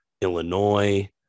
Illinois